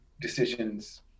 decisions